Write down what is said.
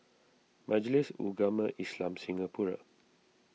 Majlis Ugama Islam Singapura